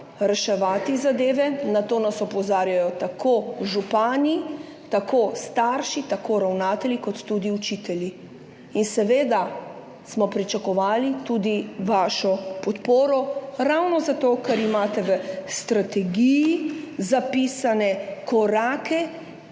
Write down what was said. reševati zadeve. Na to nas opozarjajo tako župani, tako starši, tako ravnatelji kot tudi učitelji. Seveda smo pričakovali tudi vašo podporo, ravno zato ker imate v strategiji zapisane korake,